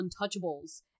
untouchables